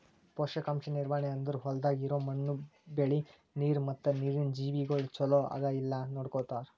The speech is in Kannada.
ಪೋಷಕಾಂಶ ನಿರ್ವಹಣೆ ಅಂದುರ್ ಹೊಲ್ದಾಗ್ ಇರೋ ಮಣ್ಣು, ಬೆಳಿ, ನೀರ ಮತ್ತ ನೀರಿನ ಜೀವಿಗೊಳ್ ಚಲೋ ಅದಾ ಇಲ್ಲಾ ನೋಡತಾರ್